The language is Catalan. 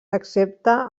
excepte